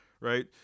right